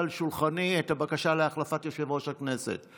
על שולחני את הבקשה להחלפת יושב-ראש הכנסת.